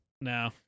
No